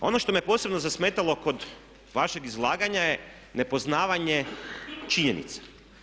Ono što me posebno zasmetalo kod vašeg izlaganja je nepoznavanje činjenica.